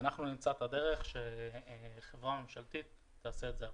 אנחנו נמצא את הדרך שחברה ממשלתית תעשה את זה עבורם.